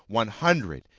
one hundred,